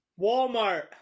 Walmart